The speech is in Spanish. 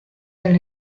del